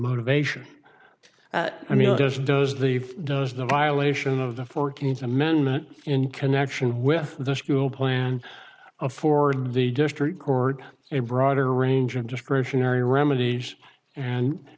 does does the does the violation of the fourteenth amendment in connection with the school plan afford the district court a broader range of discretionary remedies and